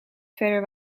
verder